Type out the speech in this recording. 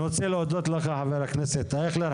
אני רוצה להודות לך חבר הכנסת אייכלר,